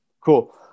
Cool